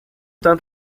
tan